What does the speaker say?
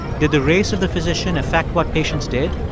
did the race of the physician affect what patients did?